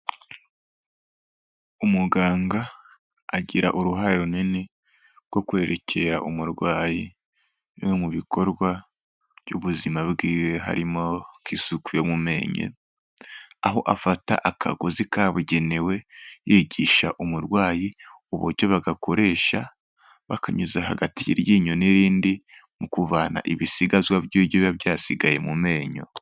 Umuganga agira uruhare runini rwo kwerekera umurwayi bimwe mu bikorwa by'ubuzima bwe harimo isuku yo mumenyo, aho afata akagozi kabugenewe yigisha umurwayi uburyo bagakoresha bakanyuza hagati y'iryinyo n'irindi mu kuvana ibisigazwa by'ibiryo biba byasigaye mu menyo.